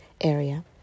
area